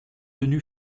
tenu